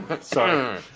Sorry